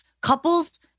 couples